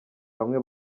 bamwe